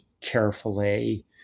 carefully